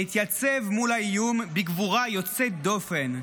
שהתייצב מול האיום בגבורה יוצאת דופן.